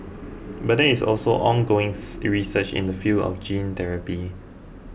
but there is also ongoings research in the field of gene therapy